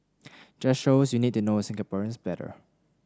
just shows you need to know Singaporeans better